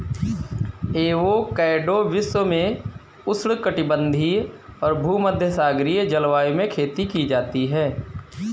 avocado विश्व में उष्णकटिबंधीय और भूमध्यसागरीय जलवायु में खेती की जाती है